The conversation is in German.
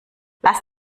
lass